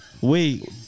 Wait